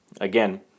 Again